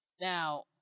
Now